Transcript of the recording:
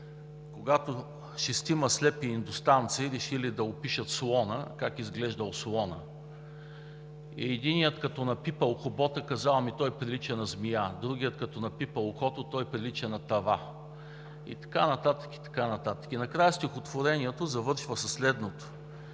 когато шестима слепи индустанци решили да опишат слона, как изглежда слонът. Единият, като напипал хобота, казал: „Ми той прилича на змия“, другият като напипал ухото: „Той прилича на тава“, и така нататък, и така нататък. Накрая стихотворението завършва със следното: